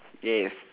yes